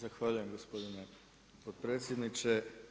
Zahvaljujem gospodine potpredsjedniče.